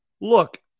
Look